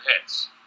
hits